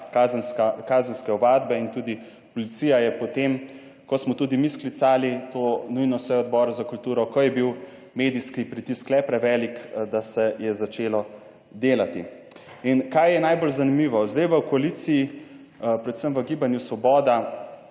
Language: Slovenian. kazenske ovadbe in tudi policija je potem, ko smo tudi mi sklicali to nujno sejo Odbora za kulturo, ko je bil medijski pritisk sklep prevelik, da se je začelo delati. Kaj je najbolj zanimivo? Sedaj v koaliciji, predvsem v gibanju Svoboda